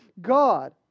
God